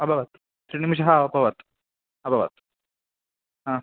अभवत् त्रिनिमेषः अभवत् अभवत् हा